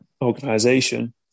organization